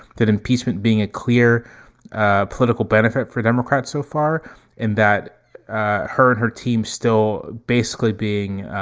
that impeachment being a clear ah political benefit for democrats so far and that her and her team still basically being